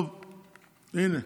טוב, הינה,